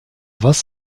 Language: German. was